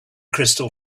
crystal